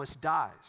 dies